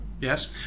yes